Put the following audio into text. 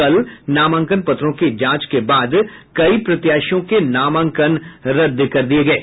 कल नामांकन पत्रों की जांच के बाद कई प्रत्याशियों के नामांकन पत्र रद्द हुये